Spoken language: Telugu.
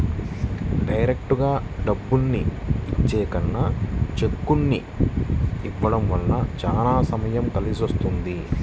డైరెక్టుగా డబ్బుల్ని ఇచ్చే కన్నా చెక్కుల్ని ఇవ్వడం వల్ల చానా సమయం కలిసొస్తది